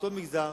באותו מגזר,